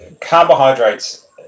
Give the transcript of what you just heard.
carbohydrates